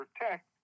protect